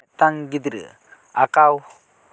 ᱢᱤᱫᱴᱟᱝ ᱜᱤᱫᱽᱨᱟᱹ ᱟᱸᱠᱟᱣ